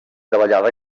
davallada